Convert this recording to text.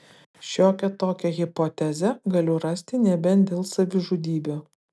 šiokią tokią hipotezę galiu rasti nebent dėl savižudybių